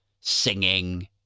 singing